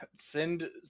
send